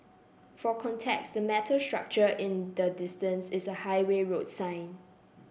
for context the metal structure in the distance is a highway road sign